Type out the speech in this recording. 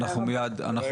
אנחנו מיד --- רגע,